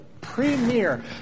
premier